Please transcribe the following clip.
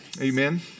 Amen